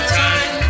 time